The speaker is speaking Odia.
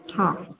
ହଁ